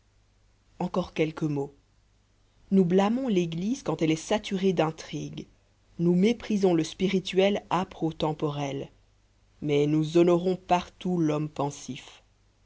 encore quelques mots nous blâmons l'église quand elle est saturée d'intrigue nous méprisons le spirituel âpre au temporel mais nous honorons partout l'homme pensif